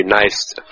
nice